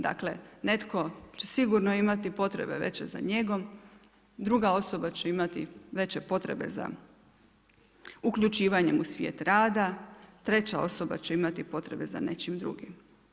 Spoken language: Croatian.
Dakle netko će sigurno imati potrebe veće za njegom, druga osoba će imati veće potrebe za uključivanjem u svijet rada, treća osoba će imati potrebe za nečim drugim.